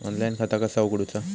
Online खाता कसा उगडूचा?